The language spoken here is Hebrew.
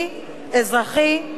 אזרחי ולאומי.